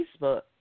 Facebook